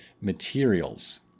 materials